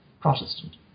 Protestant